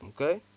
okay